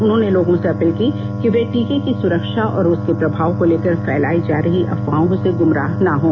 उन्होंने लोगों से अपील की कि वे टीके की सुरक्षा और उसके प्रभाव को लेकर फैलाई जा रही अफवाहों से गुमराह ना हों